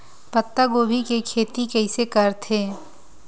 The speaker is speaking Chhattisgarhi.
पत्तागोभी के खेती कइसे करथे?